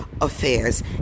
affairs